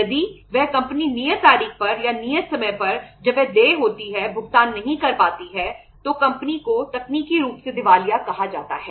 यदि वह कंपनी नियत तारीख पर या नियत समय पर जब वह देय होती है भुगतान नहीं कर पाती है तो कंपनी को तकनीकी रूप से दिवालिया कहा जाता है